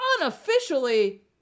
unofficially